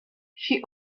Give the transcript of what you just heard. she